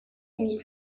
lui